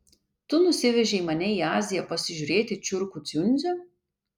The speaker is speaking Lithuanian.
tu nusivežei mane į aziją pasižiūrėti čiurkų dziundzių